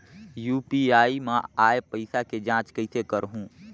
UPI मा आय पइसा के जांच कइसे करहूं?